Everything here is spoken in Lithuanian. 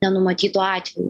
nenumatytų atvejų